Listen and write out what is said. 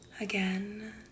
again